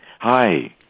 Hi